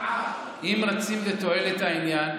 אם רוצים בתועלת העניין,